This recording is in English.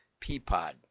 peapod